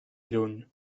lluny